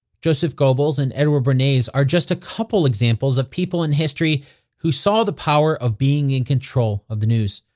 joseph goebbels and edward bernays are just a couple examples of people in history who saw the power of being in control of the news.